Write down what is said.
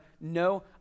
no